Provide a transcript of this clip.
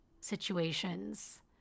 situations